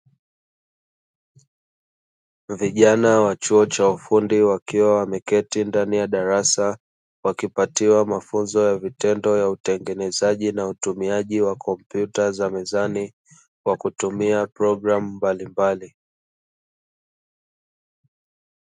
Vijana wa chuo cha ufundi wakiwa wameketi ndani ya darasa, wakipatiwa mafunzo ya vitendo ya utengenezaji na utumiaji wa kompyuta za mezani, kwa kutumia programu mbalimbali.